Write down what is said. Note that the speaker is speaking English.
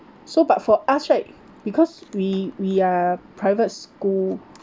so but for us right because we we are private school